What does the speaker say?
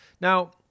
Now